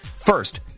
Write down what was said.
First